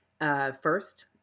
first